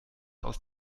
aus